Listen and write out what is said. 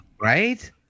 Right